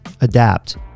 adapt